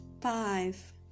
Five